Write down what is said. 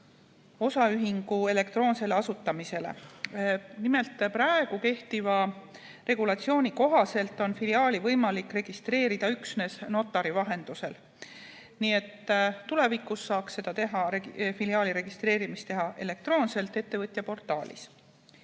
osaühingu elektroonse asutamisega. Nimelt, kehtiva regulatsiooni kohaselt on filiaali võimalik registreerida üksnes notari vahendusel. Tulevikus saaks filiaali registreerimist teha elektroonselt ettevõtjaportaalis.